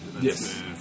Yes